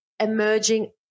emerging